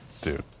Dude